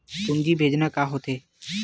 पूंजी भेजना का होथे?